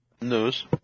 News